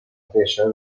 peça